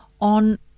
on